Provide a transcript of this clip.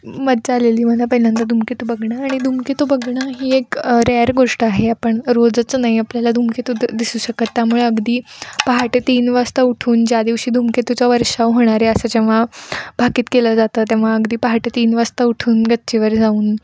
मजा आलेली मला पहिल्यांदा धुमकेतू बघणं आणि धुमकेतू बघणं ही एक रेअर गोष्ट आहे आपण रोजच नाही आपल्याला धुमकेतू दिसू शकत त्यामुळे अगदी पहाटे तीन वाजता उठून ज्या दिवशी धुमकेतूचा वर्षाव होणार आहे असं जेव्हा भाकीत केलं जातं तेव्हा अगदी पहाटे तीन वाजता उठून गच्चीवर जाऊन